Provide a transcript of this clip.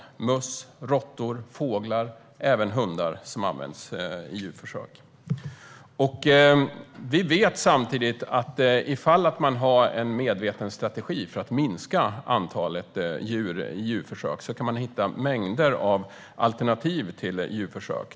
Det handlar om möss, råttor, fåglar, hundar och andra djur som används i djurförsök. Vi vet att man med en medveten strategi för att minska antalet djur i djurförsök kan hitta mängder av alternativ till djurförsök.